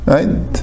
Right